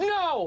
no